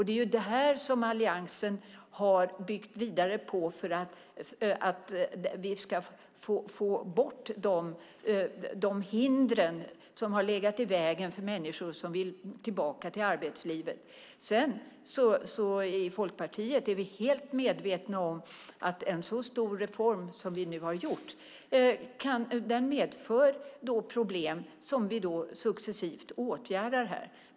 Det är detta som Alliansen har byggt vidare på för att vi ska få bort de hinder som har legat i vägen för människor som vill tillbaka till arbetslivet. I Folkpartiet är vi helt medvetna om att en så stor reform som vi nu har gjort kanske medför problem, som vi successivt åtgärdar här.